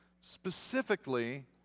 specifically